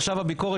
עכשיו הביקורת,